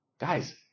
Guys